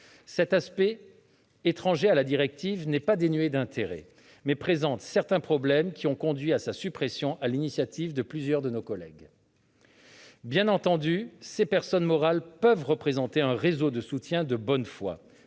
Cet aspect, étranger à la directive, n'est pas dénué d'intérêt, mais présente certains problèmes, qui ont conduit à la suppression de cette disposition, sur l'initiative de plusieurs de nos collègues. Bien entendu, ces personnes morales peuvent représenter un réseau de soutiens de bonne foi